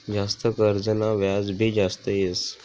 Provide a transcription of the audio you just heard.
जास्त कर्जना व्याज भी जास्त येस